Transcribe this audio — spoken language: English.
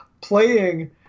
playing